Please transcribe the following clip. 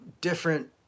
different